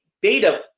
beta